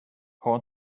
har